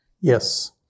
Yes